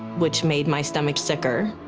which made my stomach sicker.